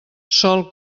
sol